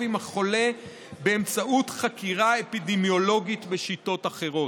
עם החולה באמצעות חקירה אפידמיולוגית בשיטות אחרות,